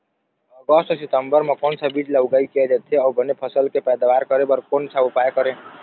अगस्त सितंबर म कोन सा बीज ला उगाई किया जाथे, अऊ बने फसल के पैदावर करें बर कोन सा उपाय करें?